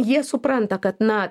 jie supranta kad na